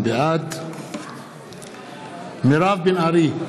בעד מירב בן ארי,